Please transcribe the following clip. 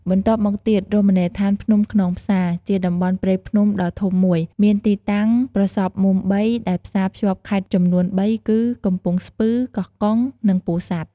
បន្ទាប់មកទៀតរមណីយដ្ឋានភ្នំខ្នងផ្សារ ជាតំបន់ព្រៃភ្នំដ៏ធំមួយ មានទីតាំងប្រសព្វមុំបីដែលផ្សាភ្ជាប់ខេត្តចំនួនបីគឺ កំពង់ស្ពឺ កោះកុង និងពោធិ៍សាត់។